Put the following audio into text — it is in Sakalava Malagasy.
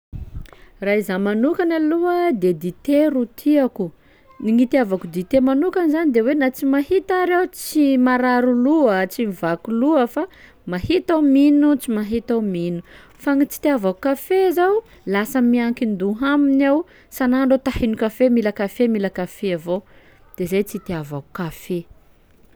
Raha izaho manokany aloha de dite ro tiako, gny nitiavako dite manoka zany de hoe na tsy mahita ary aho tsy marary loha, tsy mivaky loha fa mahita aho mino tsy mahita aho mino; fa gny tsy itiavako kafe zao lasa miankin-doha aminy aho, san'andro aho ta-hino kafe, mila kafe mila kafe avao de zay tsy itiavako kafe.